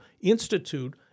institute